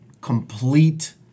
complete